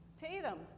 Tatum